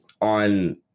on